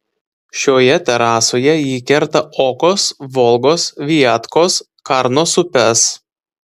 šioje terasoje ji kerta okos volgos viatkos karnos upes